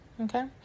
Okay